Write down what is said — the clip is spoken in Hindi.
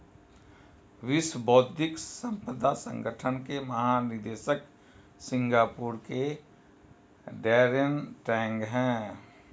विश्व बौद्धिक संपदा संगठन के महानिदेशक सिंगापुर के डैरेन टैंग हैं